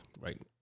right